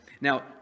Now